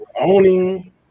owning